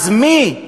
אז מי,